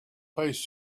piece